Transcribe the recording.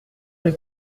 rue